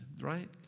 right